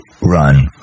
run